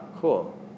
cool